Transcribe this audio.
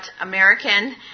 American